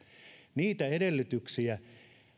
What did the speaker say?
niitä edellytyksiä